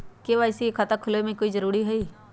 KYC के खाता खुलवा में की जरूरी होई?